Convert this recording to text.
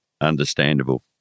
Understandable